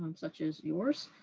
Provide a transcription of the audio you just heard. um such as yours.